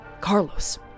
Carlos